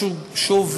שוב,